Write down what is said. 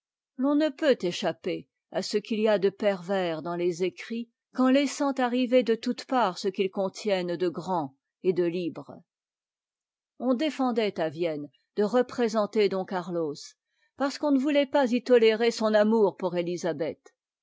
l'on ne peut échapper à ce qu'it y a de pervers dans tes écrits qu'en laissant arriver de toutes parts ce qu'ils contiennent de grand et de libre on défendait à vienne de représenter don carlos parce qu'on ne voulait pas y tolérer son amour pour éhsabeth